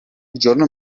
giorno